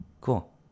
Cool